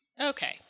Okay